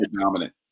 dominant